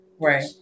right